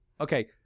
Okay